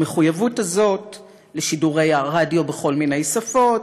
המחויבות הזאת לשידורי הרדיו בכל מיני שפות,